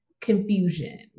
confusion